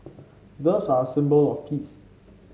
doves are a symbol of peace